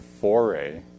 foray